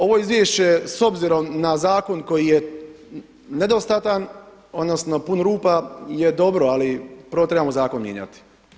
Ovo izvješće s obzirom na zakon koji je nedostatan odnosno pun rupa je dobro ali prvo trebamo zakon mijenjati.